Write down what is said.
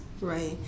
Right